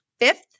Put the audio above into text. fifth